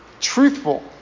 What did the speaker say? truthful